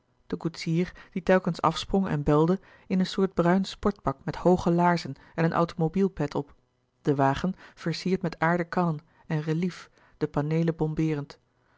de koetsier die telkens afsprong en belde in een soort bruin sportpak met hooge laarzen en een automobiel pet op de wagen versierd met aarden kannen en relief de paneelen bombeerend